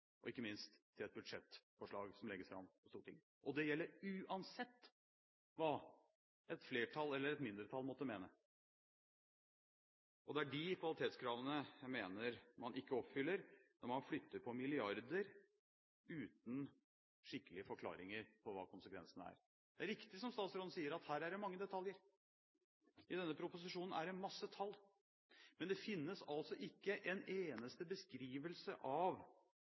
og ikke minst til et budsjettforslag som legges fram for Stortinget. Det gjelder uansett hva et flertall eller et mindretall måtte mene. Det er disse kvalitetskravene jeg mener man ikke oppfyller når man flytter på milliarder uten skikkelige forklaringer på hva konsekvensene er. Det er riktig som statsråden sier, at her er det mange detaljer. I denne proposisjonen er det masse tall, men det finnes altså ikke en eneste beskrivelse av